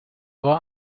war